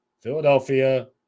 Philadelphia